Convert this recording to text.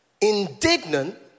Indignant